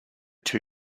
two